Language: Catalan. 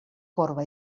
corba